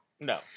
No